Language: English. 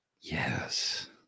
Yes